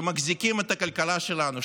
שמחזיקים את הכלכלה שלנו,